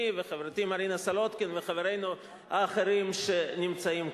אני וחברתי מרינה סולודקין וחברינו האחרים שנמצאים כאן.